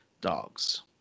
dogs